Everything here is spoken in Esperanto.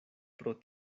pro